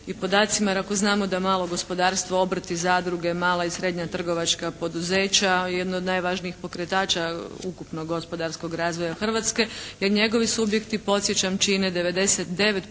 i podacima jer ako znamo da malo gospodarstvo, obrt i zadruge, mala i srednja trgovačka poduzeća jedno od najvažnijih pokretača ukupnog gospodarskog razvoja Hrvatske jer njegovi subjekti podsjećam čine 99%